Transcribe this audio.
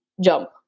jump